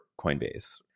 Coinbase